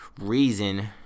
reason